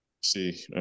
See